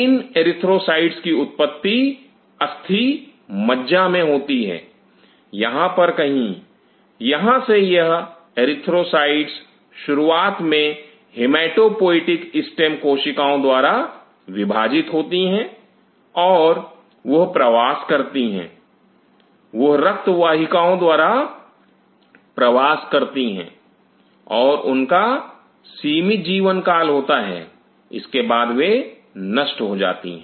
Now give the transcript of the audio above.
इन erythrocytes की उत्पत्ति अस्थि मज्जा में होती है यहां पर कहीं यहां से यह एरिथ्रोसाइट्स शुरुआत में हिमेटोपोएटिक स्टेम कोशिकाओं द्वारा विभाजित होती हैं और वह प्रवास करती हैं वह रक्त वाहिकाओं द्वारा प्रवास करती हैं और उनका सीमित जीवन काल होता है इसके बाद वे नष्ट हो जाती हैं